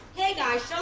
hey guys, so